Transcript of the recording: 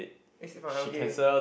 this is from algae